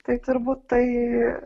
tai turbūt tai